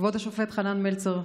לכבוד השופט חנן מלצר,